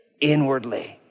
Inwardly